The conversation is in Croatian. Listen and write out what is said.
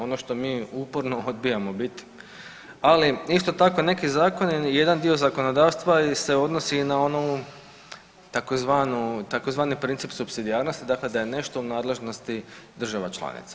Ono što mi uporno odbijamo biti, ali isto tako neki zakoni, jedan dio zakonodavstva se odnosi i na onaj tzv. princip supsidijarnosti, dakle da je nešto u nadležnosti država članica.